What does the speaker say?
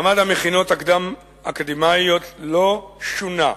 מעמד המכינות הקדם-אקדמיות לא שונה.